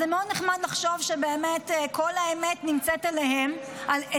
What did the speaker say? אז זה מאוד נחמד לחשוב שבאמת כל האמת נמצאת אצלם,